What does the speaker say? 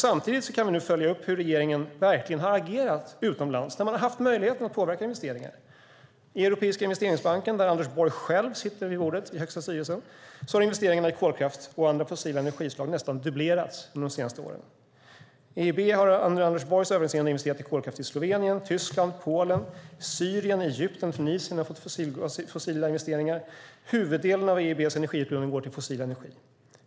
Samtidigt kan vi nu följa upp hur regeringen verkligen har agerat utomlands, där man har haft möjligheten att påverka investeringar. I Europeiska investeringsbanken, där Anders Borg själv sitter i högsta styrelsen, har investeringarna i kolkraft och andra fossila energislag nästan dubblerats under de senaste åren. EIB har under Anders Borgs överinseende investerat i kolkraft i Slovenien, Tyskland och Polen. Syrien, Egypten och Tunisien har fått fossila investeringar. Huvuddelen av EIB:s energiutlåning går till fossil energi.